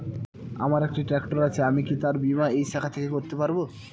আমার একটি ট্র্যাক্টর আছে আমি কি তার বীমা এই শাখা থেকে করতে পারব?